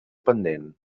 pendent